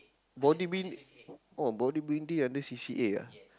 bodybuild oh bodybuilding under C_C_A ah